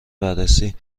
بررسی